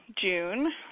June